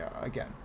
again